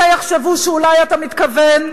מתי יחשבו שאולי אתה מתכוון?